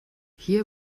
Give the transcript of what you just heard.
hier